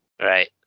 right